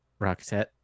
Roxette